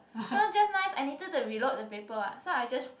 so just nice I needed to reload the paper what so I just